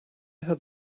had